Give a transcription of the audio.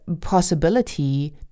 possibility